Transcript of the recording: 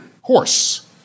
horse